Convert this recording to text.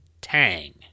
Tang